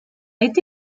été